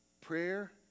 Prayer